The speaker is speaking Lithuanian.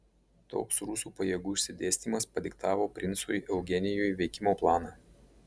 toks rusų pajėgų išsidėstymas padiktavo princui eugenijui veikimo planą